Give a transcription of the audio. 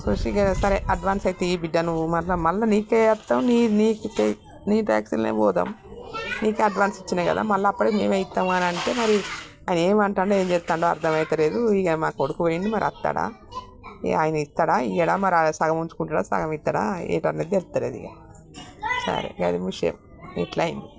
so ఇంక సరే advance అయితే ఈ బిడ్డను మళ్ళా మళ్ళా నీకేే ఇస్తాం నీ నీ నీ ట్యాక్సీలనే పోదాం నీకు అడ్వాన్స్ ఇచ్చాము కదా మళ్ళా అప్పుడే మేమే ఇస్తాం అని అంటే మరి ఆయన ఏమంటాడో ఏం చేస్తాడో అర్థమవటంలేదు ఇంక మాకు కొడుకుపోయిండు మరి వస్తాడా ఆయన ఇస్తాడా ఇయ్యడా మరి సగం ఉంచుకుంటాడా సగం ఇస్తాడా ఏంటి అనేది తెలియదు ఇంక సరే అది విషయం ఇలా అయింది